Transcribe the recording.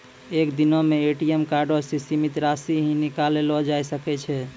एक दिनो मे ए.टी.एम कार्डो से सीमित राशि ही निकाललो जाय सकै छै